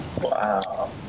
Wow